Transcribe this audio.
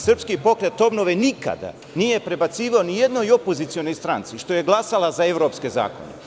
Srpski pokret obnove nikada nije prebacivao u jednoj opozicionoj stranci što je glasala za evropske zakone.